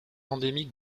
endémique